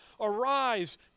Arise